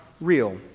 real